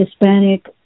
Hispanic